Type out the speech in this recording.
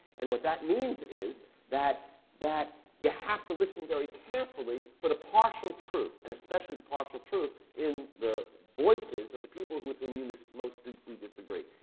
and what that means is that that you have to listen very carefully for the partial truth and especially the partial truth in the voices of the people with whom you most most deeply disagree.